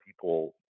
people